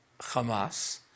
Hamas